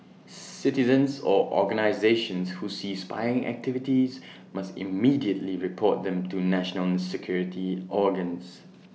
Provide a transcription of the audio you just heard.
citizens or organisations who see spying activities must immediately report them to national security organs